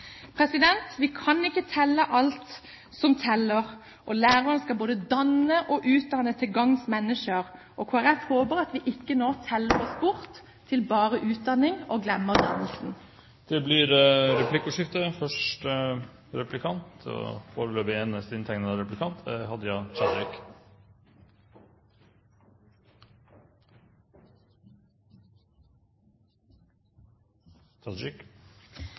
Vi kan ikke telle alt som teller, og læreren skal både danne og utdanne til gagns menneske. Kristelig Folkeparti håper at vi nå ikke teller oss bort til bare utdanning, og glemmer dannelsen. Det blir replikkordskifte. Både Arbeiderpartiet og Kristelig Folkeparti er opptatt av at hjem–skole-samarbeidet skal være best mulig, og jeg oppfatter at det er